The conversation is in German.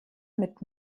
mit